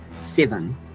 Seven